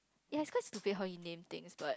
ya it's quite stupid how he named things but